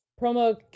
promo